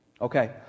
Okay